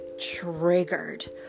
triggered